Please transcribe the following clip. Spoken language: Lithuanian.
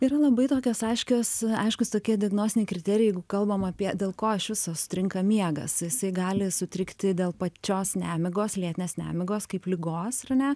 yra labai tokios aiškios aiškūs tokie diagnostiniai kriterijai jeigu kalbam apie dėl ko iš viso sutrinka miegas jisai gali sutrikti dėl pačios nemigos lėtinės nemigos kaip ligos ar ne